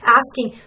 asking